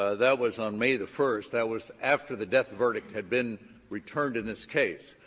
ah that was on may the first. that was after the death verdict had been returned in this case.